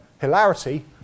hilarity